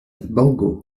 borgo